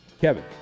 Kevin